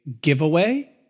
giveaway